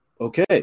okay